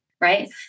Right